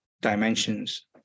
dimensions